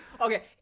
okay